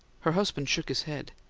her husband shook his head.